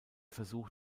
versuch